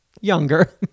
Younger